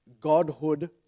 godhood